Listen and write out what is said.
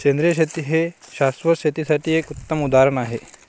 सेंद्रिय शेती हे शाश्वत शेतीसाठी एक उत्तम उदाहरण आहे